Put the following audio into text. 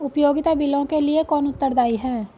उपयोगिता बिलों के लिए कौन उत्तरदायी है?